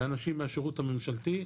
לאנשים מהשירות הממשלתי,